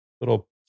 little